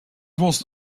was